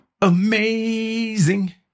amazing